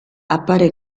appare